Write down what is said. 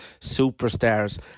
superstars